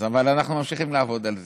אבל אנחנו ממשיכים לעבוד על זה.